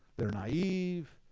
they're naive,